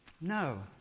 No